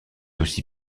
aussi